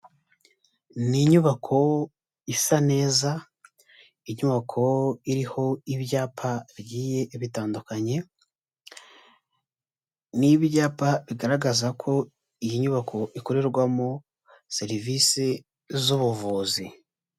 Ni inyubako isa neza, inyubako iriho ibyapa bigiye bitandukanye, ni ibyapa bigaragaza ko iyi nyubako ikorerwamo serivisi z'ubuvuzi.